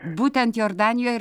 būtent jordanijoj